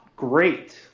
great